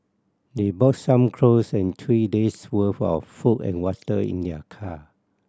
they brought some clothes and three days' worth of food and water in their car